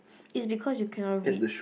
it's because you cannot read